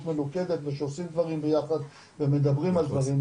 מלוכדת ושעושים דברים ביחד ומדברים על דברים,